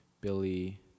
Billy